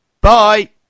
bye